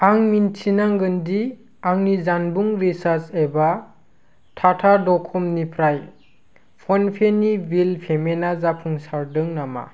आं मिथिनांगोन दि आंनि जानबुं रिसार्ज एबा टाटा डक'म'निफ्राय फनपेनि बिल पेमेन्टा जाफुंसारदों नामा